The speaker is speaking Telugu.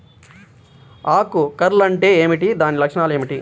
ఆకు కర్ల్ అంటే ఏమిటి? దాని లక్షణాలు ఏమిటి?